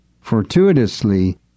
Fortuitously